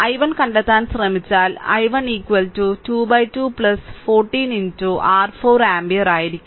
i1 കണ്ടെത്താൻ ശ്രമിച്ചാൽ i1 22 14 r 4 ampere ആയിരിക്കും